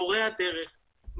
מורי הדרך,